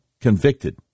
convicted